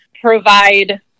provide